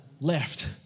left